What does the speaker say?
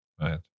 Right